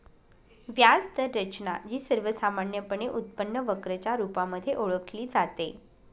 व्याज दर रचना, जी सर्वसामान्यपणे उत्पन्न वक्र च्या रुपामध्ये ओळखली जाते